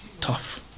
tough